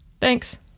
Thanks